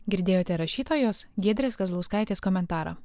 girdėjote rašytojos giedrės kazlauskaitės komentarą